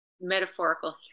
metaphorical